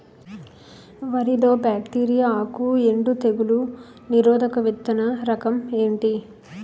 వరి లో బ్యాక్టీరియల్ ఆకు ఎండు తెగులు నిరోధక విత్తన రకం ఏంటి?